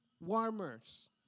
warmers